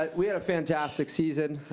we had a fantastic season.